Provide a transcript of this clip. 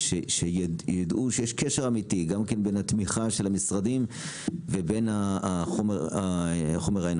שידעו שיש קשר אמיתי גם בין התמיכה של המשרדים ובין החומר האנושי.